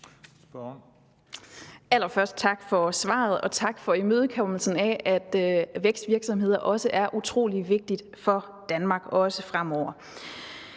Allerførst tak for svaret, og tak for imødekommelsen af, at vækstvirksomheder også er utrolig vigtige for Danmark, også fremover.